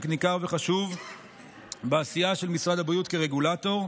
ניכר וחשוב בעשייה של משרד הבריאות כרגולטור,